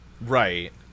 Right